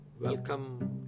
welcome